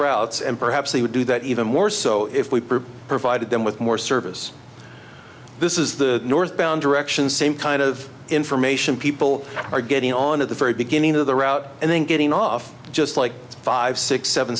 routes and perhaps they would do that even more so if we provided them with more service this is the northbound direction same kind of information people are getting on at the very beginning of the route and then getting off just like five six seven